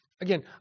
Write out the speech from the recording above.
Again